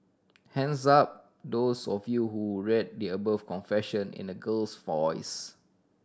hands up those of you who read the above confession in a girl's voice